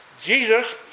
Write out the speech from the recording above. Jesus